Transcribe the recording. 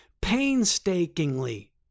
painstakingly